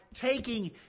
taking